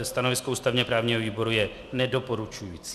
Stanovisko ústavněprávního výboru je nedoporučující.